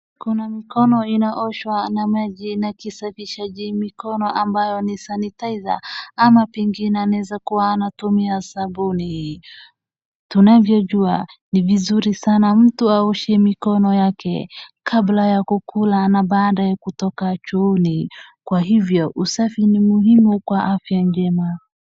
Kuna mikono inaoshwa na maji na kisafishaji mikono ambao ni sanitizer ama pengine anaweza kuwa anatumia sabuni. Tunavyiojua ni vizuri sana mtu aoshe mikono yake kabla ya kukula na baada ya kutoka chooni kwa hivyo usafi ni muhimu kwa afya njema.